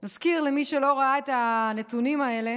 נזכיר, למי שלא ראה את הנתונים האלה,